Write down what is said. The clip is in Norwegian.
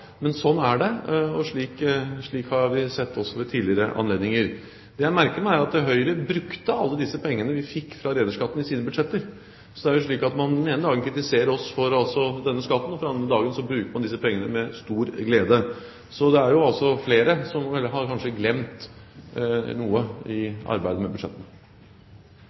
men sånn er det, og det har vi også sett ved tidligere anledninger. Det jeg merker meg, er at Høyre brukte alle disse pengene vi fikk fra rederiskatten, i sine budsjetter. Så det er jo slik at man den ene dagen kritiserer oss for denne skatten, og så den andre dagen bruker man disse pengene med stor glede, så det er flere som kanskje har glemt noe i arbeidet med